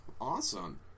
awesome